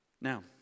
now